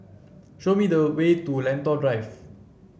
show me the way to Lentor Drive